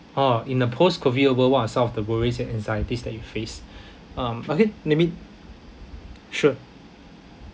oh in a post COVID uh world what are some of the worries and anxieties that you face um go ahead let me sure